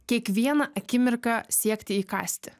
kiekvieną akimirką siekti įkąsti